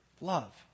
love